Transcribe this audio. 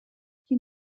you